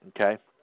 okay